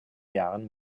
jahren